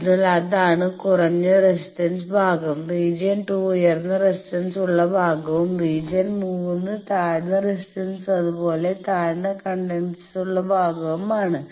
അതിനാൽ അതാണ് കുറഞ്ഞ റെസിസ്റ്റൻസ് ഭാഗം റീജിയൻ 2 ഉയർന്ന റെസിസ്റ്റൻസുള്ള ഭാഗവും റീജിയൻ മൂന്ന് താഴ്ന്ന റെസിസ്റ്റൻസും അതുപോലെ താഴ്ന്ന കണ്ടക്റ്റൻസും ഉള്ള ഭാഗവുമാണ്